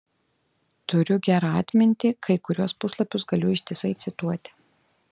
turiu gerą atmintį kai kuriuos puslapius galiu ištisai cituoti